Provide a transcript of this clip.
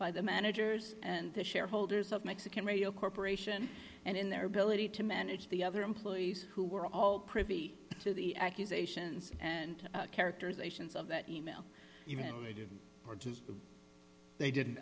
by the managers and the shareholders of mexican radio corporation and in their ability to manage the other employees who were all privy to the accusations and characterizations of that email even when they didn't